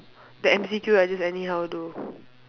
the M_C_Q I just anyhow do